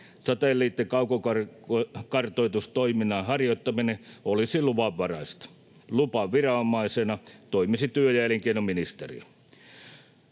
Satelliittikaukokartoitustoiminnan harjoittaminen olisi luvanvaraista. Lupaviranomaisena toimisi työ- ja elinkeinoministeriö.